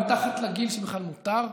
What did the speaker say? מתחת לגיל שבכלל מותר,